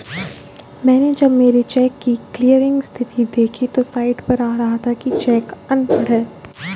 मैनें जब मेरे चेक की क्लियरिंग स्थिति देखी तो साइट पर आ रहा था कि चेक अनपढ़ है